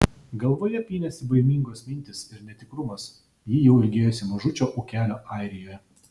galvoje pynėsi baimingos mintys ir netikrumas ji jau ilgėjosi mažučio ūkelio airijoje